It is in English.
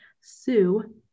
Sue